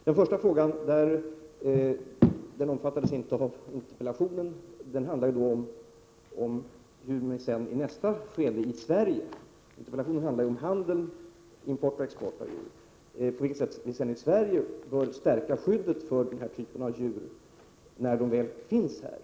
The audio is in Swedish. Den första frågan omfattades inte av interpellationen — interpellationen handlade ju om handeln, om import och export av djur. Den första frågan gällde hur vi sedan i Sverige bör stärka skyddet för denna typ av djur när djuren väl finns här.